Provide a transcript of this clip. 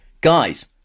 guys